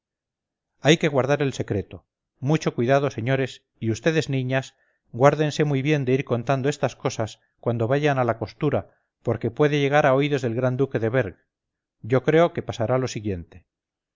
hay que guardar el secreto mucho cuidado señores y vds niñas guárdense muy bien de ir contando estas cosas cuando vayan a la costura porque puede llegar a oídos del gran duque de berg yo creo que pasará lo siguiente